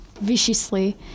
Viciously